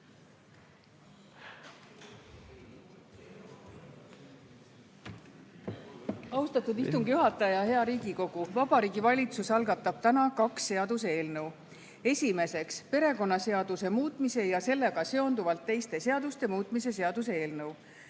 Austatud istungi juhataja! Hea Riigikogu! Vabariigi Valitsus algatab täna kaks seaduseelnõu. Esiteks, perekonnaseaduse muutmise ja sellega seonduvalt teiste seaduste muutmise seaduse eelnõu.